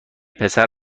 پسر